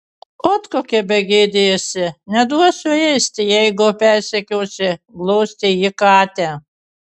ot kokia begėdė esi neduosiu ėsti jeigu persekiosi glostė ji katę